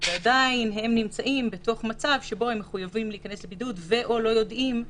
ועדיין הם מחויבים להיכנס לבידוד או לא יודעים...